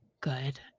good